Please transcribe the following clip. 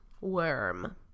worm